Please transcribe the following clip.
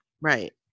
Right